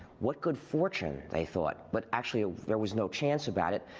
what good fortune! they thought. but actually ah there was no chance about it.